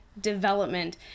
development